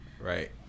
right